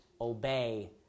obey